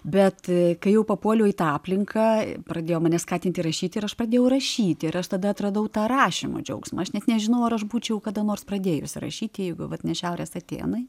bet kai jau papuoliau į tą aplinką pradėjo mane skatinti rašyti ir aš pradėjau rašyti ir aš tada atradau tą rašymo džiaugsmą aš net nežinau ar aš būčiau kada nors pradėjusi rašyti jeigu vat ne šiaurės atėnai